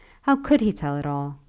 how could he tell it all?